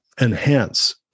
enhance